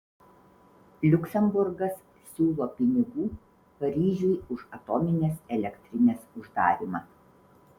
liuksemburgas siūlo pinigų paryžiui už atominės elektrinės uždarymą